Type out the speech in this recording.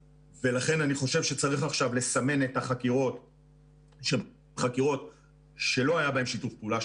ולכן אני חושב שצריך עכשיו לסמן את החקירות שלא היה בהן שיתוף פעולה,